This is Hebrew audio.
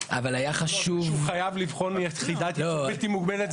--- שהוא חייב לבחון יחידת ייצור בלתי מוגבלת,